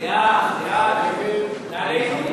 הצעת סיעת חד"ש להביע אי-אמון